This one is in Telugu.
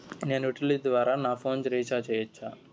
నేను యుటిలిటీ ద్వారా నా ఫోను రీచార్జి సేయొచ్చా?